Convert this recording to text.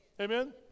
Amen